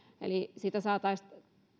eli siitä saataisiin